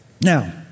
Now